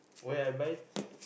where I buy